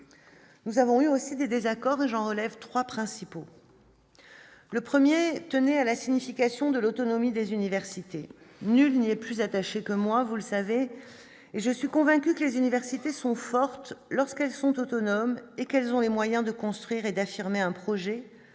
nous avons eu aussi des désaccords relève 3 principaux. Le 1er tenait à la signification de l'autonomie des universités, nul n'est plus attaché que moi, vous le savez, et je suis convaincu que les universités sont fortes, lorsqu'elles sont autonomes et qu'elles ont les moyens de construire et d'affirmer un projet